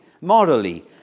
morally